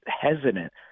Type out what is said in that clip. hesitant